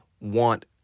want